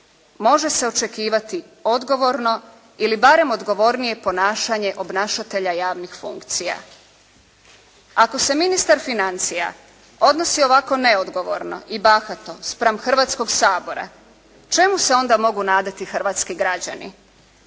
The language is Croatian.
može se očekivati odgovorno ili barem odgovornije ponašanje obnašatelja javnih funkcija. Ako se ministar financija odnosi ovako neodgovorno i bahato spram Hrvatskog sabora, čemu se onda mogu nadati hrvatski građani?